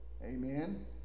Amen